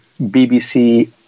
BBC